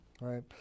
Right